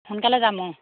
সোনকালে যাম